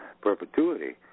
perpetuity